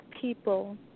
people